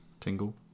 Tingle